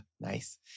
nice